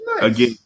Again